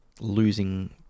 losing